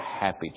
happy